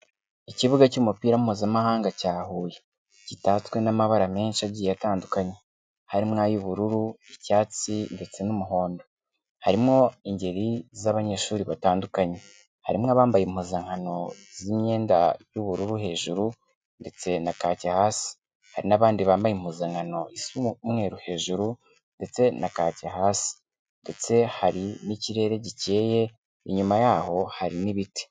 Ikibuga cy'umupira mpuzamahanga cya Huye, gitatswe n'amabara menshi agiye atandukanye, harimo n'ay'ubururu, icyatsi ndetse n'umuhondo, harimo ingeri z'abanyeshuri batandukanye. Harimo abambaye impuzankano z'imyenda y'ubururu hejuru ndetse na kacye hasi, hari n'abandi bambaye impuzankano isa umweru hejuru ndetse na kacye hasi. Ndetse hari n'ikirere gikeye, inyuma yaho hari n'ibiti.